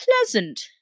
pleasant